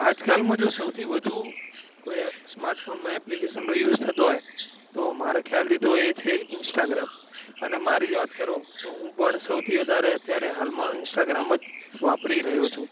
આજકાલ માં જો સૌથી વધુ કોઈ સ્માર્ટફોનમાં એપ્લિકેસનનો યુઝ થતો હોય તો મારા ખ્યાલથી તો એ છે ઇન્સ્ટાગ્રામ અને મારી જ વાત કરો તો હું પણ સૌથી વધારે અત્યારે હાલમાં ઇન્સ્ટાગ્રામ જ વાપરી રહ્યો છું